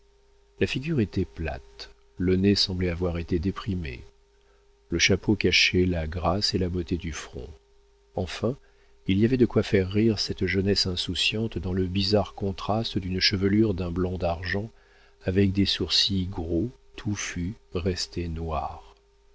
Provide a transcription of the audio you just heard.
la figure était plate le nez semblait avoir été déprimé le chapeau cachait la grâce et la beauté du front enfin il y avait de quoi faire rire cette jeunesse insouciante dans le bizarre contraste d'une chevelure d'un blanc d'argent avec des sourcils gros touffus restés noirs